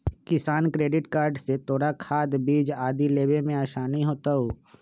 किसान credit card से तोरा खाद, बीज आदि लेवे में आसानी होतउ